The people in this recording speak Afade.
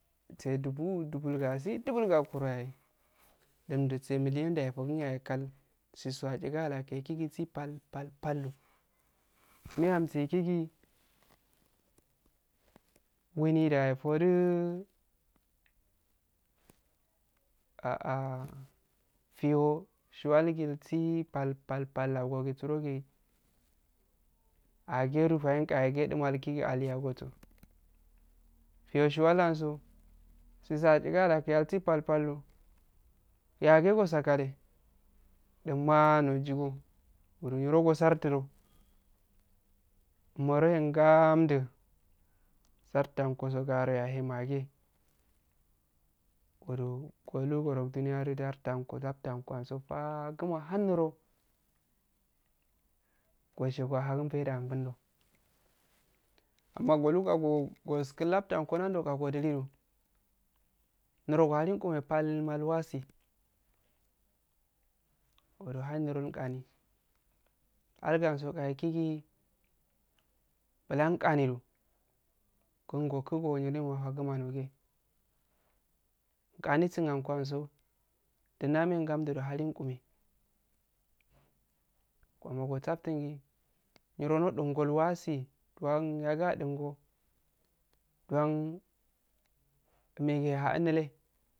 Tse dubuu dubul gasi, dubul gakoro yahey ildum du tse million nda efuku yahey kal tsisu atgigeyodoh deesi pal pduh mey amggu igikiki wuni da efofodu ah ah fiyo shihalgi iltgi pal pal agugi tsirogi agedu fayenqa ega duma ilikiki ailyagotso fiyo shuwal ansso tsigi achgayo doh gugi pal-pal atoh ya ageh go tsakaleh duma nojigo uhnu niro go gartudo umoheron gah ddu sarttuangogo garo ya ey mageh. uhru goh goro nduniya doh lap tuwango anso faguma har niro gushe guahagun faidda amma godu aghi goskka lapt tuwanko nando agh godeh du niro ghohalin qume pal ma flwagi uwuro han niro qani algu ango nda ekigi bulan agaido gun gokugo nilema nogeh mqanin suh ankko ansso din dda mehigon dudu halun inqume uwuro gosaftungu niro nodukunggo ilwatsi dowuwa yagi adu whggh don megu ehaun nile